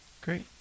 Great